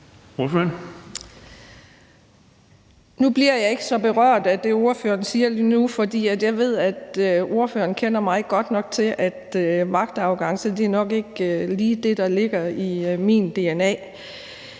Nu bliver jeg ikke så berørt af det, ordføreren siger, fordi jeg ved, at ordføreren kender mig godt nok til at vide, at magtarrogance nok ikke lige er det, der ligger i min dna.